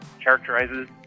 characterizes